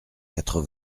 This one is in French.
quatre